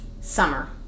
Summer